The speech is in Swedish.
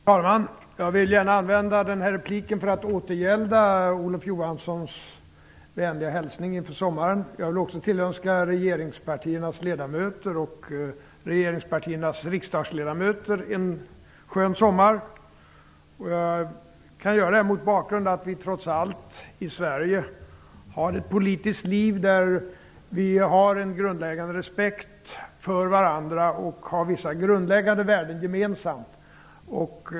Herr talman! Jag vill gärna använda den här repliken för att återgälda Olof Johanssons vänliga hälsning inför sommaren. Jag vill också tillönska regeringens ledamöter och regeringspartiernas riksdagsledamöter en skön sommar. Jag kan göra det mot bakgrund av att vi i Sverige trots allt har ett politiskt liv där vi har en grundläggande respekt för varandra och har vissa grundläggande värden gemensamt.